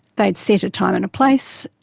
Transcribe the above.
they'd set a time and a place,